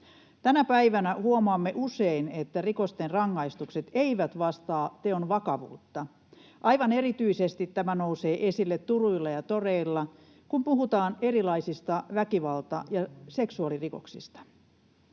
Tänä päivänä huomaamme usein, että rikosten rangaistukset eivät vastaa teon vakavuutta. Aivan erityisesti tämä nousee esille turuilla ja toreilla, kun puhutaan erilaisista väkivalta- ja seksuaalirikoksista.